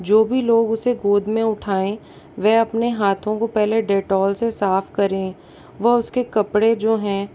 जो भी लोग उसे गोद मे उठाएँ वह अपने हाथों को पहले डेटोल से साफ़ करें व उसके कपड़े जो हैं